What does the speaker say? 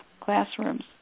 classrooms